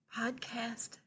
podcast